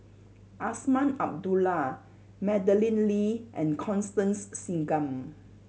Azman Abdullah Madeleine Lee and Constance Singam